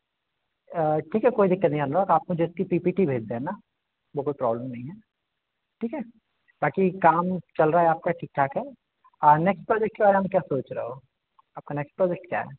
ठीक है कोई दिक्कत नहीं अनुराग आप मुझे इसकी पी पी टी भेज देना वह कोई प्रॉब्लम नहीं है ठीक है बाकी काम चल रहा है आपका ठीक ठाक है और नेक्स्ट प्रोजेक्ट के बारे में क्या सोच रहे हो आपका नेक्स्ट प्रोजेक्ट क्या है